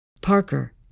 Parker